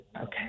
Okay